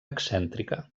excèntrica